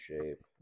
shape